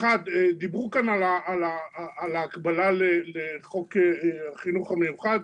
אחת, דיברו פה על ההקבלה לחוק החינוך המיוחד.